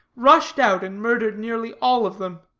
rushed out and murdered nearly all of them.